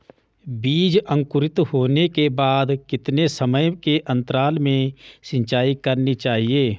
बीज अंकुरित होने के बाद कितने समय के अंतराल में सिंचाई करनी चाहिए?